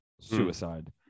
suicide